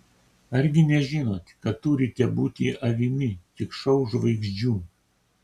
argi nežinot kad turite būti avimi tik šou žvaigždžių